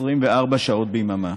24 שעות ביממה.